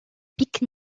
pique